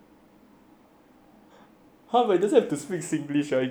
!huh! but it doesn't have to speak singlish ah it can like speak english or chinese